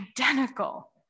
identical